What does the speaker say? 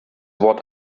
what